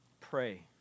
pray